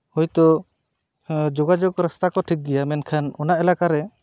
ᱦᱳᱭᱛᱳ ᱡᱳᱜᱟᱡᱳᱜᱽ ᱨᱟᱥᱛᱟ ᱠᱚ ᱴᱷᱤᱠ ᱜᱮᱭᱟ ᱢᱮᱱᱠᱷᱟᱱ ᱚᱱᱟ ᱮᱞᱟᱠᱟ ᱨᱮ